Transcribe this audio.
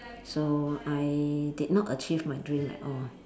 so I did not achieve my dream at all